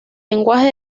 lenguaje